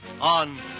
on